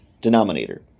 denominator